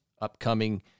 upcoming